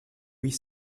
huit